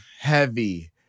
heavy